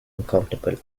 uncomfortable